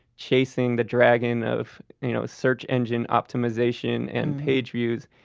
chasing the dragon of you know search engine optimization and page views,